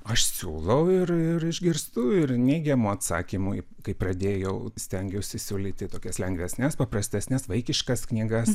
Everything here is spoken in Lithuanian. aš siūlau ir ir išgirstu ir neigiamų atsakymų kai pradėjau stengiausi siūlyti tokias lengvesnes paprastesnes vaikiškas knygas